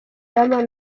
lamar